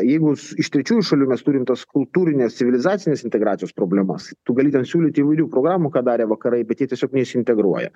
jeigu iš trečiųjų šalių mes turim tas kultūrinės civilizacinės integracijos problemas tu gali ten siūlyt įvairių programų ką darė vakarai bet jie tiesiog nesiintegruoja